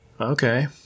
Okay